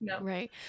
right